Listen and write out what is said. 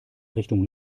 richtung